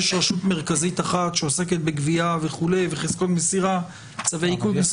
יש רשות מרכזית אחת שעוסקת בגבייה וכו' וחזקות מסירה וצווי עיקול.